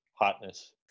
hotness